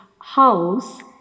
house